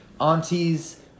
aunties